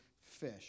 fish